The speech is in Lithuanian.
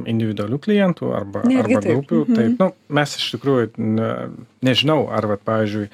individualių klientų arba grupių taip nu mes iš tikrųjų na nežinau ar vat pavyzdžiui